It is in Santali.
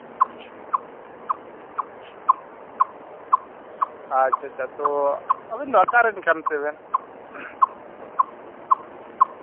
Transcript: ᱟᱪᱪᱷᱟ ᱟᱪᱪᱷᱟ ᱛᱚ ᱟᱵᱤᱱ ᱫᱚ ᱚᱠᱟ ᱨᱮᱱ ᱠᱟᱱ ᱛᱮᱵᱮᱱ